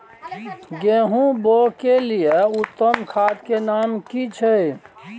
गेहूं बोअ के लिये उत्तम खाद के नाम की छै?